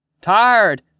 Tired